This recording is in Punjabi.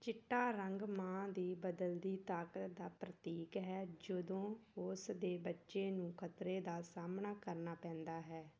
ਚਿੱਟਾ ਰੰਗ ਮਾਂ ਦੀ ਬਦਲਦੀ ਤਾਕਤ ਦਾ ਪ੍ਰਤੀਕ ਹੈ ਜਦੋਂ ਉਸ ਦੇ ਬੱਚੇ ਨੂੰ ਖ਼ਤਰੇ ਦਾ ਸਾਹਮਣਾ ਕਰਨਾ ਪੈਂਦਾ ਹੈ